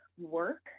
work